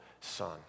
son